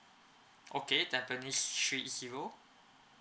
okay tampines three zero